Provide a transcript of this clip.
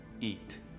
eat